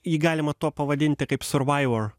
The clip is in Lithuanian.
jį galima tuo pavadinti kaip survaivo